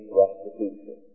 restitution